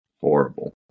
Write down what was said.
Horrible